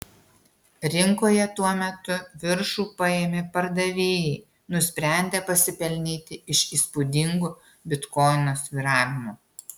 rinkoje tuo metu viršų paėmė pardavėjai nusprendę pasipelnyti iš įspūdingų bitkoino svyravimų